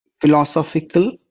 philosophical